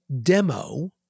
demo